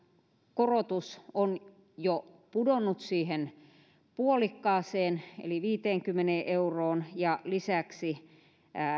korotus on jo pudonnut siihen puolikkaaseen eli viiteenkymmeneen euroon ja lisäksi